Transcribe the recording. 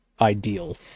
ideal